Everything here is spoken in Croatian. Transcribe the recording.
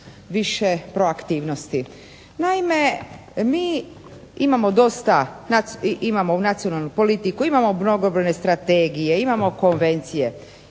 više proaktivnosti. Naime, mi imamo dosta, imamo nacionalnu politiku, imamo mnogobrojne strategije, imamo konvencije